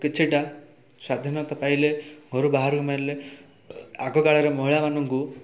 କିଛିଟା ସ୍ୱାଧୀନତା ପାଇଲେ ଘରୁ ବାହାରକୁ ବାହାରିଲେ ଆଗକାଳରେ ମହିଳାମାନଙ୍କୁ